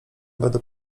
będą